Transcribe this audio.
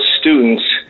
students